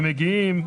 הם מגיעים,